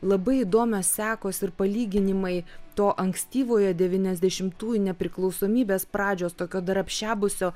labai įdomios sekos ir palyginimai to ankstyvoje devyniasdešimtųjų nepriklausomybės pradžios tokio dar apšepusio